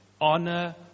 honor